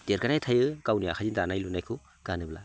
देरगानाय थायो गावनि आखाइजों दानाय लुनायखौ गानोब्ला